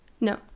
no